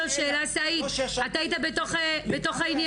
סאיד, אתה היית בתוך העניינים?